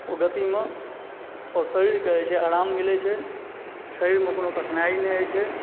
ओ गतिमे आओर शरीरके जे छै आराम मिलय छै शरीरमे कोनो कठिनाई नहि होइ छै